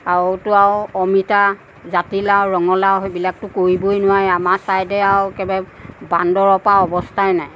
আৰুতো আৰু অমিতা জাতিলাও ৰঙালাওবিলাকতো কৰিবই নোৱাৰি আমাৰ চাইডে আৰু একেবাৰে বান্দৰৰ পৰা অৱস্থাই নাই